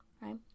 right